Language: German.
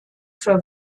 für